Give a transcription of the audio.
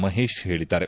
ಮಹೇಶ್ ಹೇಳಿದ್ದಾರೆ